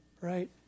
right